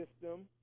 system